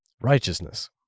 righteousness